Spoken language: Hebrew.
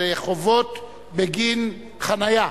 חובות בגין חנייה.